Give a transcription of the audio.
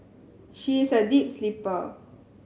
she is a deep sleeper